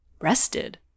rested